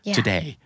Today